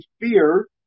fear